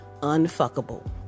unfuckable